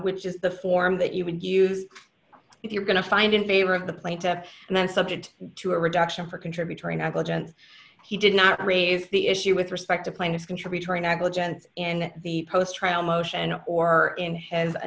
which is the form that you would use if you're going to find in favor of the plaintiff and then subject to a reduction for contributory negligence he did not raise the issue with respect to plaintiff contributory negligence in the post trial motion or in has a